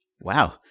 Wow